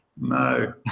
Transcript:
No